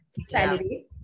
salary